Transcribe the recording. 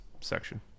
section